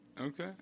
Okay